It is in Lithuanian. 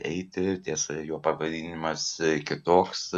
eiti tiesa jo pavadinimas kitoks